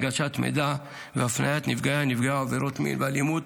הנגשת מידע והפניית נפגעי ונפגעות עבירות מין ואלימות